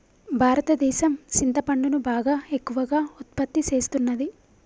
భారతదేసం సింతపండును బాగా ఎక్కువగా ఉత్పత్తి సేస్తున్నది